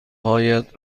هایت